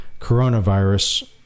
coronavirus